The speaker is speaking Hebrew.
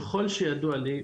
ככל שידוע לי,